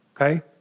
okay